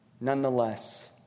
Nonetheless